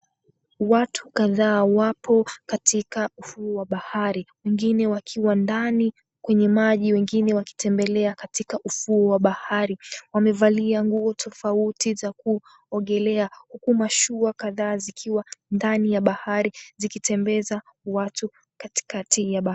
Watu kadhaa wapo katika ufuo wa bahari. Wengine wakiwa ndani kwenye maji, wengine wakitembelea katika ufuo wa bahari. Wamevalia nguo tofauti za kuogelea. Huku mashua kadhaa zikiwa ndani ya bahari zikitembeza watu katikati ya bahari.